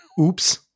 Oops